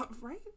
Right